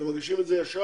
אתם מגישים את זה ישר.